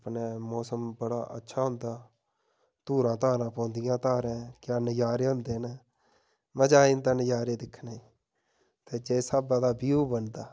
अपनै मौसम बड़ा अच्छा होंदा धूड़ां धाड़ां पौंदियां धारें क्या नज़ारे होंदे न मज़ा आई जंदा नज़ारे दिक्खने ई ते जिस स्हाबा दा व्यू बनदा